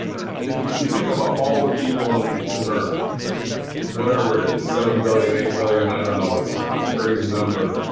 if if you think about all the people on and earth whatever it is seven billion eight billion. i don't know. it's it's a crazy number